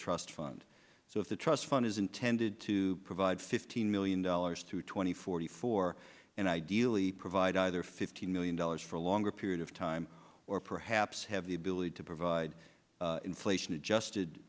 trust fund so if the trust fund is intended to provide fifteen million dollars to twenty forty four and ideally provide either fifty million dollars for a longer period of time or perhaps have the ability to provide inflation adjusted